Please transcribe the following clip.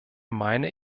meine